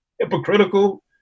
hypocritical